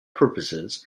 purposes